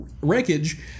wreckage